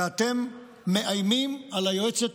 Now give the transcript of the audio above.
ואתם מאיימים על היועצת